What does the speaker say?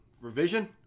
Revision